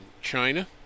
China